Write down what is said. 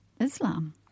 Islam